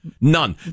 None